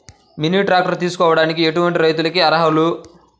Mini tractor తీసుకోవడానికి ఎటువంటి రైతులకి అర్హులు?